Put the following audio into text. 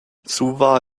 suva